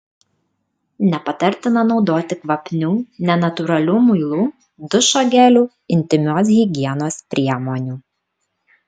nepatartina naudoti kvapnių nenatūralių muilų dušo gelių intymios higienos priemonių